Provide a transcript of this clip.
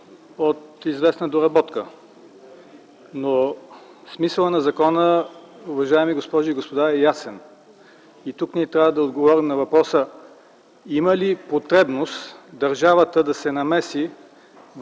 от известна доработка, но смисълът на закона, уважаеми госпожи и господа, е ясен. И тук ние трябва да отговорим на въпроса има ли потребност държавата да се намеси в